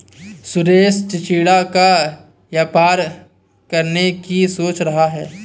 सुरेश चिचिण्डा का व्यापार करने की सोच रहा है